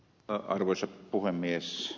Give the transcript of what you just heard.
arvoisa puhemies